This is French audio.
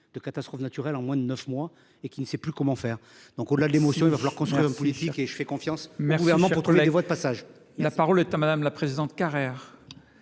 de catastrophes naturelles en moins de neuf mois et qui ne sait plus comment faire. Au delà de l’émotion, il faut donc construire une politique, et je fais confiance au Gouvernement pour trouver des voies de passage. La parole est à Mme Maryse Carrère,